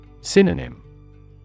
Synonym